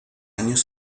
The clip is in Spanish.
años